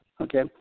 okay